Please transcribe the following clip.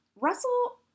Russell